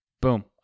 boom